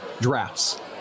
drafts